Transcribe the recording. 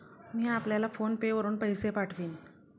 मी आपल्याला PhonePe वरुन पैसे पाठवीन